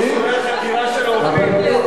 שווה חקירה של העובדים.